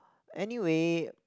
anyway